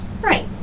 Right